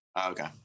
okay